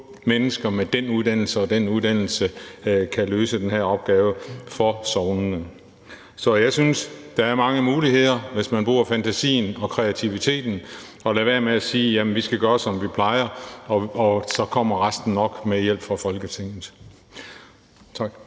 mennesker med den uddannelse og den uddannelse kan løse den her opgave for sognene. Så jeg synes, at der er mange muligheder, hvis man bruger fantasien og kreativiteten og lader være med at sige, at vi skal gøre, som vi plejer, og så kommer resten nok med hjælp fra Folketinget. Tak.